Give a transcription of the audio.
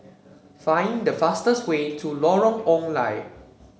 find the fastest way to Lorong Ong Lye